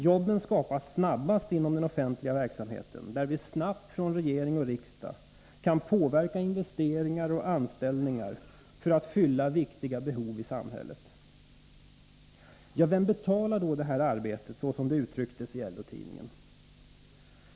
Jobben skapas snabbast inom den offentliga verksamheten, där vi snabbt från regering och riksdag kan påverka investeringar och anställningar för att fylla viktiga behov i samhället. Vem betalar då detta arbete, såsom det uttrycktes i LO-tidningen?